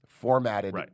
Formatted